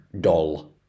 doll